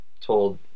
told